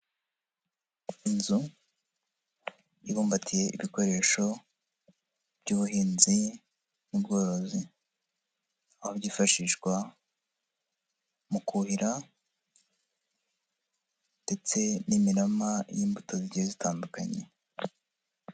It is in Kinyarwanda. Inzu ibumbatiye ibikoresho, by'ubuhinzi n'ubworozi. Aho byifashishwa mu kuhira, ndetse n'imirama y'imbuto zigiye zitandukanye.